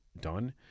done